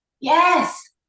yes